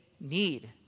need